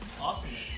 awesomeness